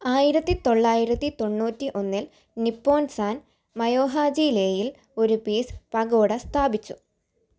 ആയിരത്തിത്തൊള്ളായിരത്തി തൊണ്ണൂറ്റി ഒന്നിൽ നിപ്പോൻസാൻ മയോഹാജി ലേയിൽ ഒരു പീസ് പഗോഡ സ്ഥാപിച്ചു